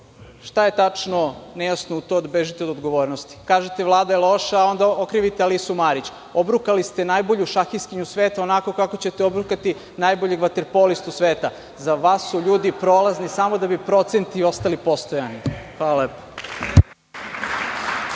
je tačno u tome da vi bežite od odgovornosti. Kažete da je Vlada loša a onda okrivite Alisu Marić. Obrukali ste najbolju šahistkinju sveta onako kako ćete obrukati najboljeg vaterpolistu sveta. Za vas su ljudi prolazni samo da bi procenti ostali postojani. Hvala lepo.